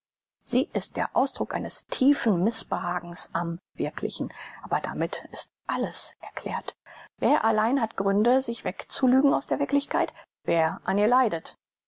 sie ist der ausdruck eines tiefen mißbehagens am wirklichen aber damit ist alles erklärt wer allein hat gründe sich wegzulügen aus der wirklichkeit wer an ihr leidet